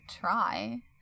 try